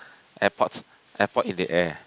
airport airport in the air